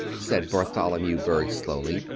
said bartholomew berg slowly,